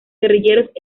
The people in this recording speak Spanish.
guerrilleros